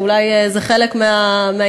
ואולי זה חלק מהעניין,